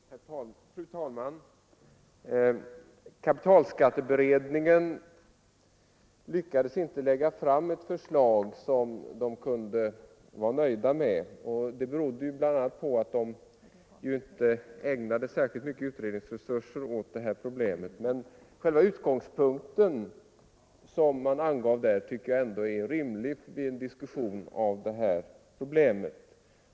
Fru talman! Kapitalskatteberedningen lyckades inte lägga fram ett förslag som den var nöjd med, och det berodde bl.a. på att den inte använde särskilt mycket utredningsresurser för att försöka lösa problemet om beskattning av konstsamlingar o. d. Men vid en diskussion om denna fråga tycker jag det är rimligt att dra fram vilken utgångspunkt kapitalskatteberedningen hade.